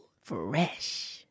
Fresh